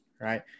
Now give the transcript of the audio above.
right